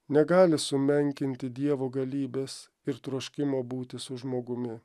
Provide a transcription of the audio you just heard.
negali sumenkinti dievo galybės ir troškimo būti su žmogumi